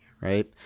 right